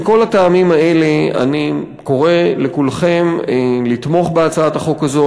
מכל הטעמים האלה אני קורא לכולכם לתמוך בהצעת החוק הזו.